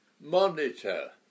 Monitor